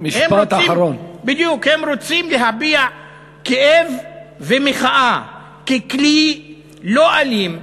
הם רוצים להביע כאב ומחאה ככלי לא אלים,